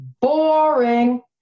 boring